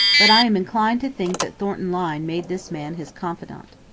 but i am inclined to think that thornton lyne made this man his confidant.